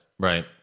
Right